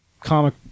comic